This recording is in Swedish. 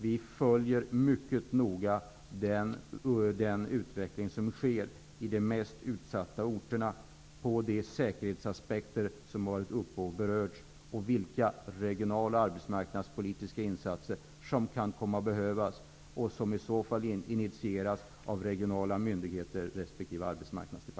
Vi följer mycket noga den utveckling som sker på de mest utsatta orterna när det gäller de säkerhetsaspekter som har berörts och vilka regionala arbetsmarknadspolitiska insatser som kan komma att behövas och som i så fall kommer att initieras av regionala myndigheter resp.